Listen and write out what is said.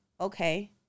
okay